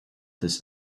this